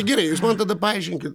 gerai jūs man tada paaiškinkit